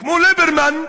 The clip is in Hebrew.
כמו ליברמן,